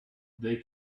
they